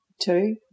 two